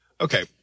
Okay